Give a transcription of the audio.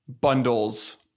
bundles